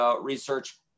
research